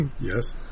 Yes